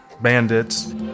bandits